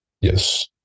Yes